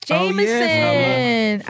Jameson